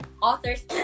authors